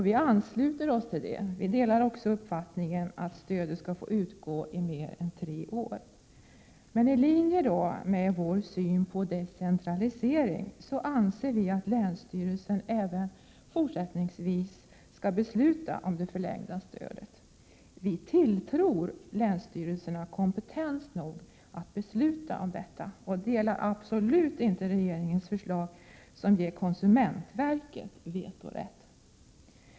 Vi ansluter oss till det och delar också uppfattningen att stödet skall få utgå i mer än tre år. Men i linje med vår syn på decentralisering anser vi att länsstyrelsen även i fortsättningen skall besluta om det förlängda stödet. Vi tilltror länsstyrelserna kompetens nog att besluta om detta och godtar absolut inte regeringens förslag, som ger konsumentverket vetorätt.